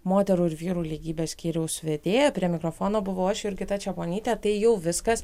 moterų ir vyrų lygybės skyriaus vedėja prie mikrofono buvau aš jurgita čeponytė tai jau viskas